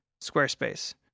Squarespace